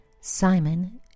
Simon